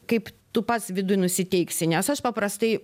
kaip tu pats viduj nusiteiksi nes aš paprastai